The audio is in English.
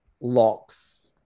locks